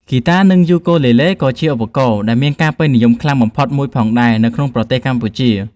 ហ្គីតា និង យូគូលេលេ ក៏ជាឧបករណ៍ដែលមានការពេញនិយមខ្លាំងបំផុតមួយផងដែរនៅក្នុងប្រទេសកម្ពុជា។